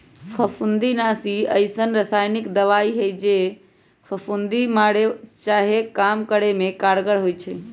फफुन्दीनाशी अइसन्न रसायानिक दबाइ हइ जे फफुन्दी मारे चाहे कम करे में कारगर होइ छइ